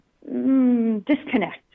disconnect